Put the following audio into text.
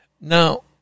Now